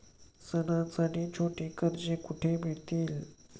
सणांसाठी छोटी कर्जे कुठे मिळतील?